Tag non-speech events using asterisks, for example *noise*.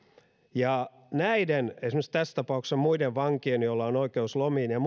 ja heidän esimerkiksi tässä tapauksessa muiden vankien joilla on oikeus lomiin ja *unintelligible*